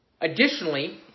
Additionally